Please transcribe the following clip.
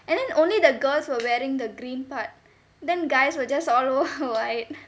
and then only the girls were wearing the green part then guys were just all white